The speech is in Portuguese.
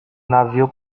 navio